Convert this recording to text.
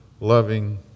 loving